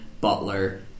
Butler